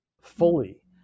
fully